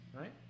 Right